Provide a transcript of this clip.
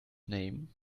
name